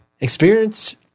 Experience